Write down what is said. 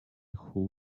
who